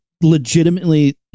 legitimately